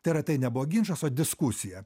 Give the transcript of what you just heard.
tai yra tai nebuvo ginčas o diskusija